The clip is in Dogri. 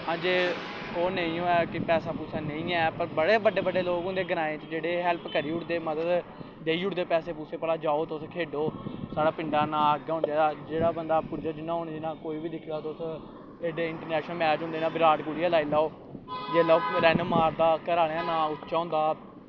अज्ज ओह् नेईं होऐ पैसा पूसा नेईं होऐ पर बड़े बड्डे बड्डे लोग होंदे ग्राएं च जेह्ड़े हैल्प करी ओड़दे मतलब देई ओड़दे पैसे पूसे भला जाओ तुस खेढो साढ़ै पिंडा दा नांऽ अग्गैं होना चाहिदा जेह्ड़ा बंदा पुज्जै जि'यां तुस दिक्खी लेओ हून एह्डे इंट्रनैशनल मैच होंदे न बिराट कोह्ली गै लाई लैओ जिसलै ओह् रन्न मानदा घर आह्लें दा नांऽ उच्चा होंदा